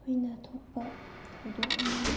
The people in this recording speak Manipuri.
ꯇꯣꯏꯅ ꯊꯣꯛꯄ ꯊꯧꯗꯣꯛ ꯑꯃꯅꯤ